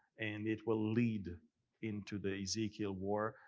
and it will lead into the ezekiel war.